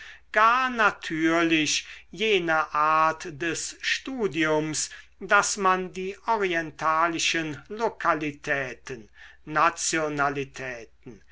gar natürlich jene art des studiums daß man die orientalischen lokalitäten nationalitäten